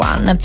One